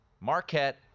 Marquette